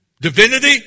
Divinity